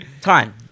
Time